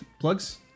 Plugs